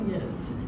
Yes